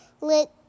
Let